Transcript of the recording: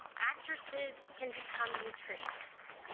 actresses can become nutritionists,